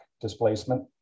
displacement